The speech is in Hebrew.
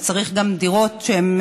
אז צריך גם דירות שהן